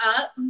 up